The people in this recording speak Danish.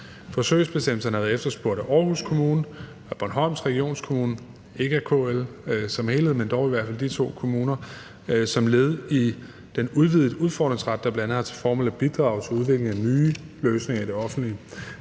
Forsøgsbestemmelserne har været efterspurgt af Aarhus Kommune og af Bornholms Regionskommune – ikke af KL som helhed, men dog i hvert fald de to kommuner – som led i den udvidede udfordringsret, der bl.a. har til formål at bidrage til udviklingen af nye løsninger i det offentlige.